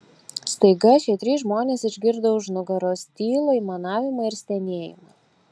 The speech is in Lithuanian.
staiga šie trys žmonės išgirdo už nugaros tylų aimanavimą ir stenėjimą